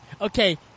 Okay